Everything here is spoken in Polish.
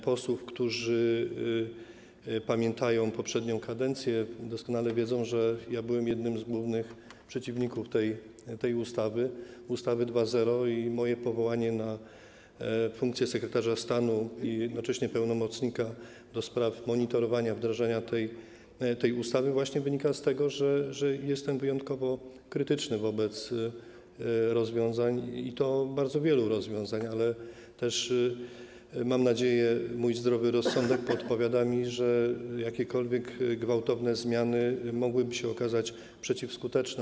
Posłowie, którzy pamiętają poprzednią kadencję, doskonale wiedzą, że byłem jednym z głównych przeciwników tej ustawy, ustawy 2.0, i moje powołanie na funkcję sekretarza stanu i jednocześnie pełnomocnika ds. monitorowania, wdrażania tej ustawy wynika właśnie z tego, że jestem wyjątkowo krytyczny wobec tych rozwiązań, i to bardzo wielu rozwiązań, ale też mam nadzieję, mój zdrowy rozsądek podpowiada mi, że jakiekolwiek gwałtowne zmiany mogłyby okazać się przeciwskuteczne.